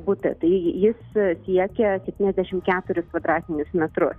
butą tai jis siekia septyniasdešim keturis kvadratinius metrus